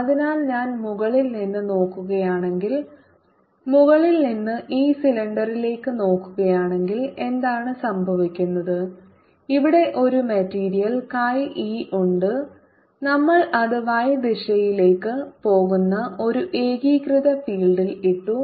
അതിനാൽ ഞാൻ മുകളിൽ നിന്ന് നോക്കുകയാണെങ്കിൽ മുകളിൽ നിന്ന് ഈ സിലിണ്ടറിലേക്ക് നോക്കുകയാണെങ്കിൽ എന്താണ് സംഭവിക്കുന്നത് ഇവിടെ ഒരു മെറ്റീരിയൽ chi e ഉണ്ട് നമ്മൾ അത് y ദിശയിലേക്ക് പോകുന്ന ഒരു ഏകീകൃത ഫീൽഡിൽ ഇട്ടു